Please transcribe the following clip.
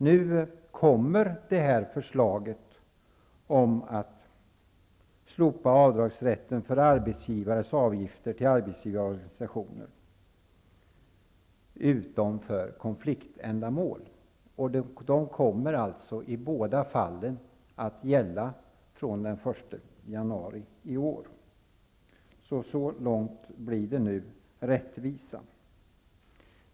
Nu kommer förslaget om slopande av avdragsrätten för arbetsgivares avgifter till arbetsgivarorganisationer, utom när det gäller konfliktändamål. De kommer alltså i båda fallen att gälla från den 1 januari i år. Så långt blir det nu rättvisa.